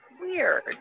Weird